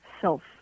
self